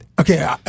okay